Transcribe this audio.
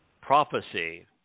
prophecy